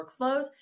workflows